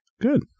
Good